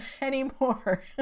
anymore